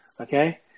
Okay